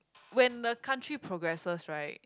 when the country progresses right